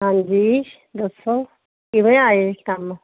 ਹਾਂਜੀ ਦੱਸੋ ਕਿਵੇਂ ਆਏ ਕੰਮ